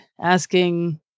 asking